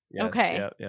Okay